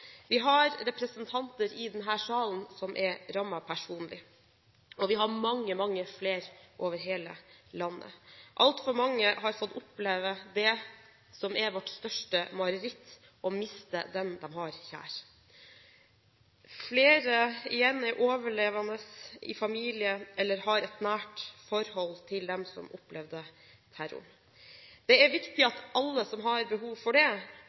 Vi har representanter i denne salen som er rammet personlig, og vi har mange, mange flere over hele landet. Altfor mange har fått oppleve det som er vårt største mareritt: å miste dem de har kjær. Flere igjen er overlevende i familien eller har et nært forhold til dem som opplevde terroren. Det er viktig at alle som har behov for det,